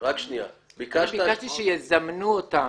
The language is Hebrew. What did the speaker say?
אני ביקשתי שיזמנו אותם.